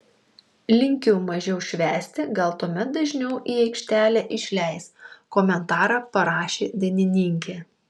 linkiu mažiau švęsti gal tuomet dažniau į aikštelę išleis komentarą parašė dainininkė